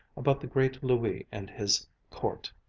about the great louis and his court,